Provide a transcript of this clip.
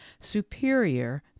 superior